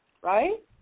right